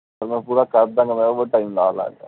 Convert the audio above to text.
sir ਮੈਂ ਪੂਰਾ ਕਰ ਦੇਵਾਂਗਾ ਓਵਰ ਟਾਈਮ ਲਾ ਲਾ ਕੇ